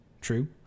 True